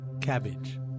Cabbage